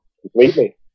completely